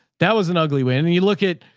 that was an ugly way. and you look at,